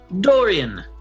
Dorian